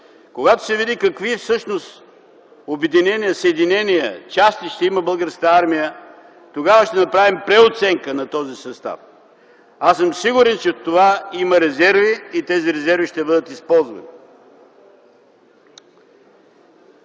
когато се види какви всъщност обединения, съединения, части ще има Българската армия, тогава ще направим преоценка на този състав. Сигурен съм, че има резерви и тези резерви ще бъдат използвани.